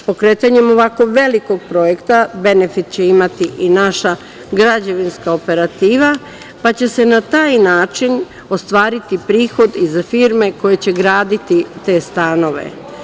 Pokretanjem ovako velikog projekta benefit će imati i naša građevinska operativa, pa će se na taj način ostvariti prihod i za firme koje će graditi te stanove.